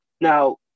Now